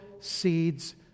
seeds